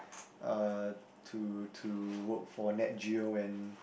uh to to work for Nat Geo and